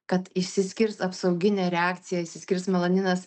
kad išsiskirs apsauginė reakcija išsiskirs melaninas